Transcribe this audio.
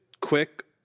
quick